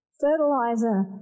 fertilizer